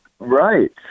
Right